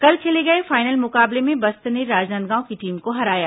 कल खेले गए फाइनल मुकाबले में बस्तर ने राजनांदगांव की टीम को हराया